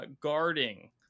guarding